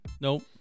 nope